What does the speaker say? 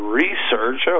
research